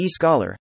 eScholar